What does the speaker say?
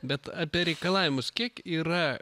bet apie reikalavimus kiek yra